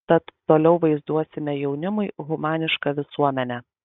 tad toliau vaizduosime jaunimui humanišką visuomenę